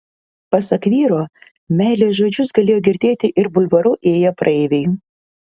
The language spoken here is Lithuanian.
pasak vyro meilės žodžius galėjo girdėti ir bulvaru ėję praeiviai